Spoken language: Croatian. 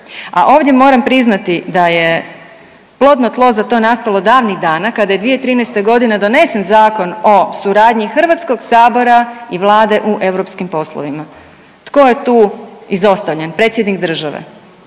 A ovdje, moram priznati da je plodno tlo za to nastalo davnih dana kada je 2013. g. donesen Zakon o suradnji HS-a i Vlade u europskim poslovima. Tko je tu izostavljen? Predsjednik države